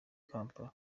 kampala